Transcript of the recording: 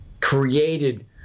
created